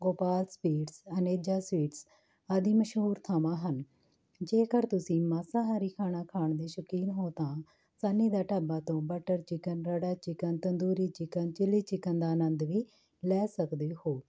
Gopal sweets Aneja sweets ਆਦਿ ਮਸ਼ਹੂਰ ਥਾਵਾਂ ਹਨ ਜੇਕਰ ਤੁਸੀਂ ਮਾਸਾਹਾਰੀ ਖਾਣਾ ਖਾਣ ਦੇ ਸ਼ੌਕੀਨ ਹੋ ਤਾਂ ਸੰਨੀ ਦਾ ਢਾਬਾ ਤੋਂ butter chicken rara chicken tandoori chicken chilli chicken ਦਾ ਆਨੰਦ ਵੀ ਲੈ ਸਕਦੇ ਹੋ